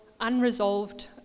unresolved